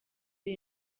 ari